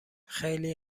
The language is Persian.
خیلی